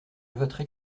voterai